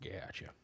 Gotcha